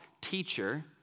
teacher